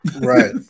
Right